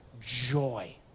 joy